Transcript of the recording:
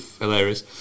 Hilarious